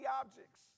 objects